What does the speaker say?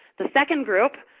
the second group,